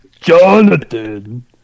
Jonathan